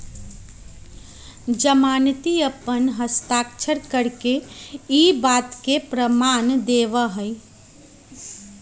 जमानती अपन हस्ताक्षर करके ई बात के प्रमाण देवा हई